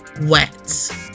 wet